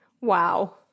Wow